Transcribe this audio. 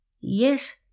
Yes